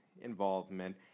involvement